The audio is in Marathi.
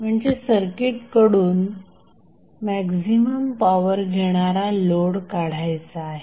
म्हणजे सर्किट कडून मॅक्झिमम पॉवर घेणारा लोड काढायचा आहे